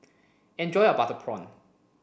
enjoy your butter prawn